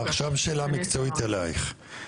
עכשיו שאלה מקצועית אליך.